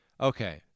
Okay